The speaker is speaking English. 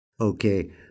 Okay